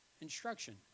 instruction